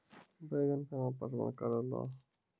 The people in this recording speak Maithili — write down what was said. बैंगन केना पटवन करऽ लो?